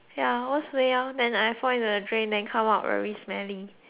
then I fall into the drain then come out very smelly